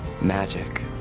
magic